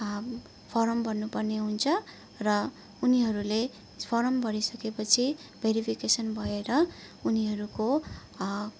form भर्नु पर्ने हुन्छ र उनीहरूले फर्म भरिसकेपछि भेरिफिकेसन भएर उनीहरूको